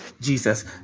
Jesus